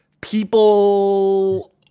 people